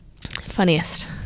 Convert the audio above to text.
Funniest